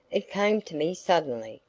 it came to me suddenly,